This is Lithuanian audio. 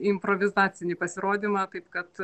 improvizacinį pasirodymą taip kad